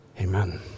Amen